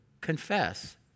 confess